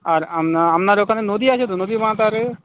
আর আপনা আপনার ওখানে নদী আছে তো নদী বাঁধ আর এ